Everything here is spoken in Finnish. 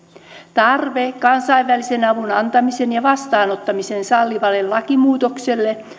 tarve kansainvälisen avun antamisen ja vastaanottamisen sallivalle lakimuutokselle